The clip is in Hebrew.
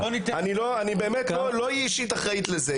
אני באמת לא היא אישית אחראית לזה,